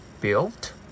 built